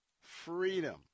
freedom